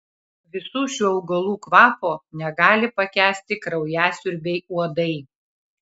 visų šių augalų kvapo negali pakęsti kraujasiurbiai uodai